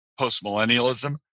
postmillennialism